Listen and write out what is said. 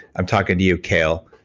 i'm talking to you kale.